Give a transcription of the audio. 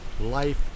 life